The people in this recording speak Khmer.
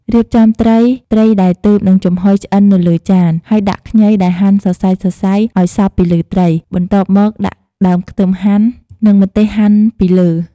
រៀបចំត្រីត្រីដែលទើបនឹងចំហុយឆ្អិននៅលើចាន ហើយដាក់ខ្ញីដែលហាន់សរសៃៗឲ្យសព្វពីលើត្រី បន្ទាប់មកដាក់ដើមខ្ទឹមហាន់ និង ម្ទេសហាន់ ពីលើ។